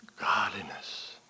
godliness